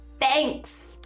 Thanks